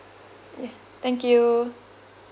ya thank you